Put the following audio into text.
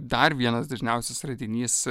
dar vienas dažniausias radinys